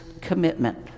commitment